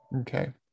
Okay